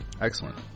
Excellent